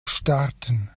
starten